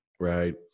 Right